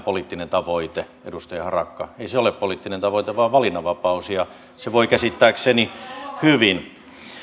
poliittinen tavoite edustaja harakka ei se ole poliittinen tavoite vaan valinnanvapaus ja se voi käsittääkseni hyvin